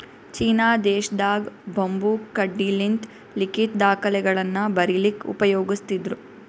China ದೇಶದಾಗ್ bamboo ಕಡ್ಡಿಲಿಂತ್ ಲಿಖಿತ್ ದಾಖಲೆಗಳನ್ನ ಬರಿಲಿಕ್ಕ್ ಉಪಯೋಗಸ್ತಿದ್ರು